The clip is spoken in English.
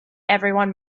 everyone